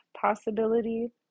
possibility